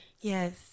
Yes